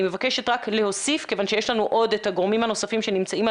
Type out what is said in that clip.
אני מבקשת רק להוסיף כיוון שיש לנו עוד את הגורמים הנוספים שיש לנו